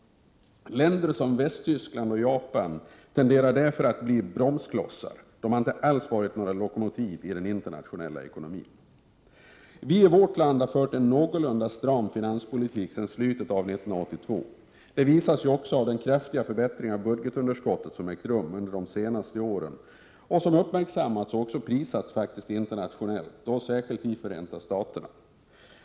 Länder som Västtyskland och Japan tenderar därför att bli bromsklossar och alls inga lokomotiv i den internationella ekonomin. Vi i vårt land har fört en någorlunda stram finanspolitik sedan slutet av 1982. Det visas ju också av den kraftiga förbättring av budgetunderskottet som ägt rum under de senaste åren och som också har uppmärksammats och prisats internationellt, särskilt i Förenta Staterna.